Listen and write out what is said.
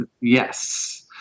Yes